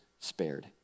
spared